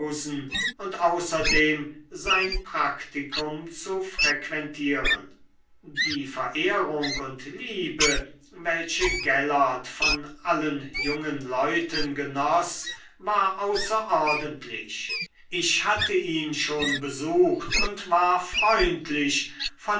und außerdem sein praktikum zu frequentieren die verehrung und liebe welche gellert von allen jungen leuten genoß war außerordentlich ich hatte ihn schon besucht und war freundlich